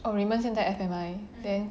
oh raymond 现在 F_M_I then